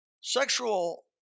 Sexual